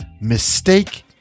mistake